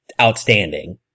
outstanding